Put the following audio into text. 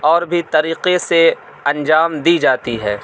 اور بھی طریقے سے انجام دی جاتی ہے